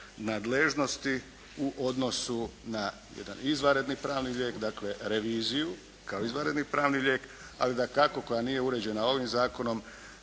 u odnosu na jedan izvanredni pravni lijek, dakle reviziju kao izvanredni pravni lijek, ali da tako koja nije uređena ovim zakonom